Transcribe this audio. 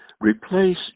Replace